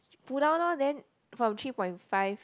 pull down lor then from three point five